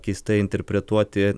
keistai interpretuoti